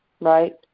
right